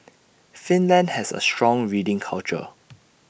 Finland has A strong reading culture